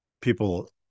people